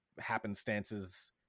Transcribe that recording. happenstances